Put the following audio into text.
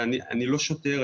אני לא שוטר,